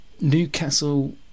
Newcastle